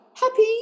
Happy